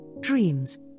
dreams